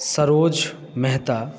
Saroj Mehta